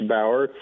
Bauer